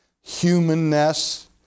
humanness